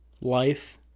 Life